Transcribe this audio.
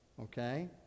okay